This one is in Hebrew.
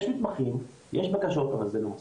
יש מתמחים, יש בקשות, אבל זה לא מספיק.